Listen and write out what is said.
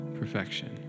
perfection